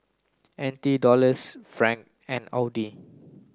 N T Dollars Franc and AUD